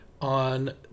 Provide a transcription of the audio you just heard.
on